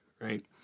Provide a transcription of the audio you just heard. right